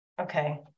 okay